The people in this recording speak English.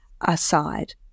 aside